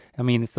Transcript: i mean, so